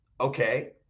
Okay